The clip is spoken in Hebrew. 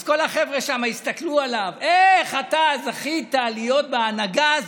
אז כל החבר'ה שם יסתכלו עליו: איך אתה זכית להיות בהנהגה הזאת,